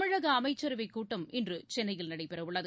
தமிழக அமைச்சரவைக் கூட்டம் இன்று சென்னையில் நடைபெறவுள்ளது